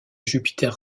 jupiter